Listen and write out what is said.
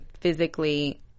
physically